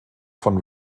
von